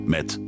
Met